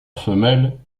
femelle